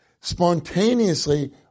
spontaneously